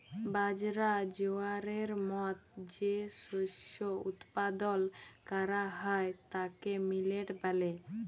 বাজরা, জয়ারের মত যে শস্য উৎপাদল ক্যরা হ্যয় তাকে মিলেট ব্যলে